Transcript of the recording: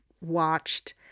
watched